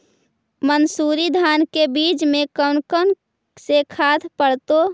मंसूरी धान के बीज में कौन कौन से खाद पड़तै?